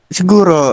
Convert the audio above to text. Siguro